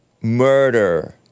Murder